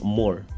more